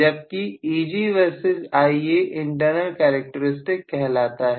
जबकि Eg versus Ia internal characteristic कहलाता है